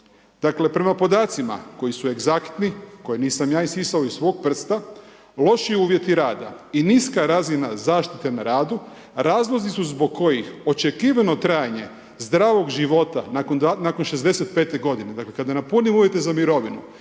Dakle, prema podaci koji su egzaktni, koje nisam ja isisao iz svog prsta, loši uvjeti rada i niska razina zaštite na radu, razlozi su zbog kojih očekivano trajanje zdravog života nakon 65 g. dakle, kada napunimo uvjete za mirovinu